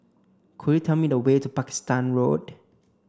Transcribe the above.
could you tell me the way to Pakistan Road